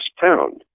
pound